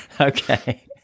Okay